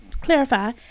clarify